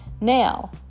Now